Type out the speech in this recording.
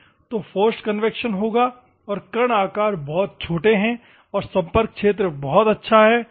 तो forced convection होगा और कण आकार बहुत छोटे हैं और संपर्क क्षेत्र बहुत अच्छा है